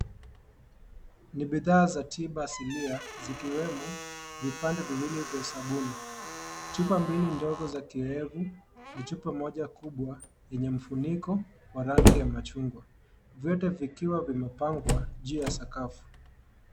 Ni bidhaaa za tiba asilia zikiwemo vipande viwili vya sabuni , chupa mbili ndogo za kirevi na chupa moja kubwa yenye mfunikon wa rangi ya machungwa. Vyote vikiwa vimepangwa juu ya sakafu.